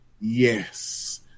yes